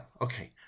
okay